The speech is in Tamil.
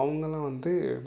அவங்கள்லாம் வந்து